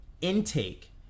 intake